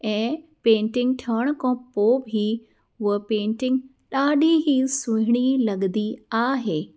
ऐं पेंटिंग ठहण खां पोइ बि उहा पेंटिंग ॾाढी ई सुहिणी लॻंदी आहे